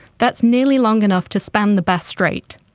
that's nearly long enough to span the bass strait.